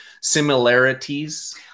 similarities